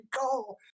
go